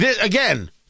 again